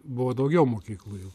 buvo daugiau mokykloj jų